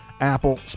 apple